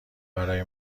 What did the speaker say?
برای